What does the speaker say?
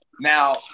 Now